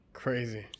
crazy